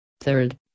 third